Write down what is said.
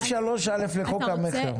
סעיף 3(א) לחוק המכר.